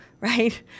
right